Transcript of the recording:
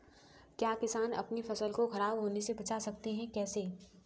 क्या किसान अपनी फसल को खराब होने बचा सकते हैं कैसे?